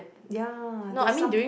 ya there's something